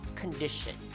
condition